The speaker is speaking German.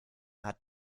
hat